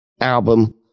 album